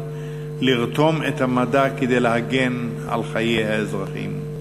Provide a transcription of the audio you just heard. לרתום את המדע כדי להגן על חיי האזרחים.